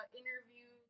interview